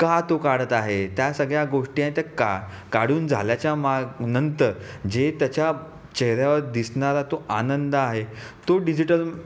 का तो काढत आहे त्या सगळ्या गोष्टी आहे त्या का काढून झाल्याच्या माग नंतर जे त्याच्या चेहऱ्यावर दिसणारा तो आनंद आहे तो डिजिटल